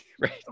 right